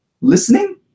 listening